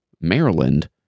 Maryland